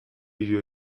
you